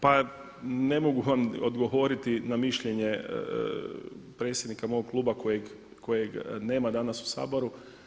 Pa ne mogu vam odgovoriti na mišljenje predsjednika mog kluba kojeg nema danas u Saboru.